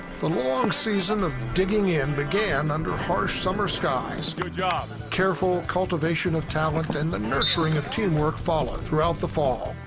the long season of digging in began under are harsh summer skies. good job. careful cultivation of talent and the nurturing of teamwork followed throughout the fall.